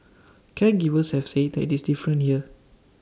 caregivers have said that is different here